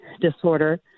disorder